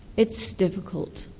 it's difficult.